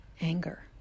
anger